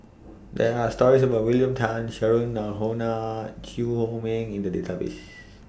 There Are stories about William Tan Cheryl Noronha Chew Chor Meng in The Database